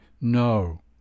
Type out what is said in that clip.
No